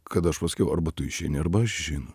kad aš pasakiau arba tu išeini arba aš išeinu